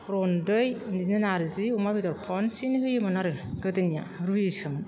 रन्दै बिदिनो नारजि अमा बेदर खनसेनो होयोमोन आरो गोदोनिया रुयोसोमोन